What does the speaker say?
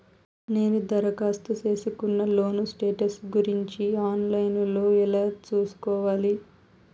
నేను దరఖాస్తు సేసుకున్న లోను స్టేటస్ గురించి ఆన్ లైను లో ఎలా సూసుకోవాలి?